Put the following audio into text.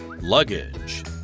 Luggage